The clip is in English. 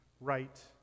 right